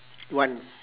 one